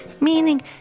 meaning